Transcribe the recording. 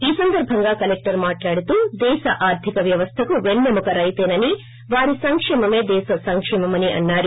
ఈ సందర్భంగా కలెక్టర్ మాట్లాడుతూ దేశ ఆర్దిక వ్యవస్థకు వెన్సేముక రైతేనని వారి సంకేమమే దేశ సంకేమమని అన్నారు